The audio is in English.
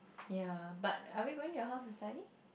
ya but are we going to your house and study